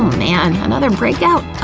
man, another breakout?